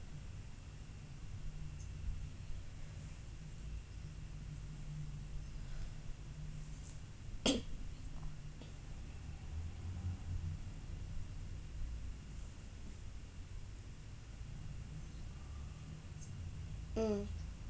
mm